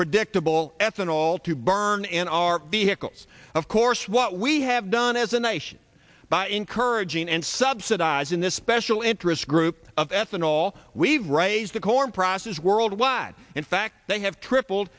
predictable ethanol to burn in our vehicles of course what we have done as a nation by encouraging and subsidizing this special interest group of ethanol we've raised the corn prices worldwide in fact they have tripled